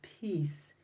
peace